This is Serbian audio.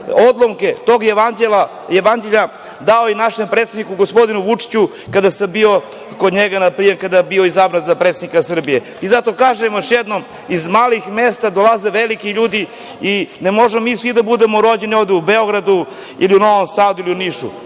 odlomke tog jevanđelja dao i našem predsedniku, gospodinu Vučiću, kada sam bio kod njega na prijemu, kada je izabran za predsednika Srbije. Zato kažem još jednom - iz malih mesta dolaze veliki ljudi i ne možemo mi svi da budemo rođeni ovde u Beogradu ili u Novom Sadu ili u Nišu.